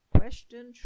Question